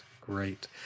Great